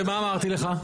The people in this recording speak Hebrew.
ומה אמרתי לך?